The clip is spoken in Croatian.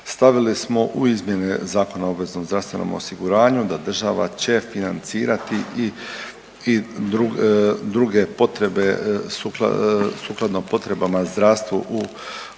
stavili smo u izmjene Zakona o obveznom zdravstvenom osiguranju da država će financirati i druge potrebe sukladno potrebama zdravstva u određenoj godini.